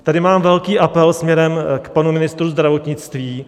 Tady mám velký apel směrem k panu ministrovi zdravotnictví.